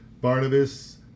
Barnabas